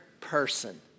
person